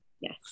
Yes